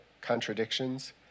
contradictions